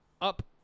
up